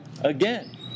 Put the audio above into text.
again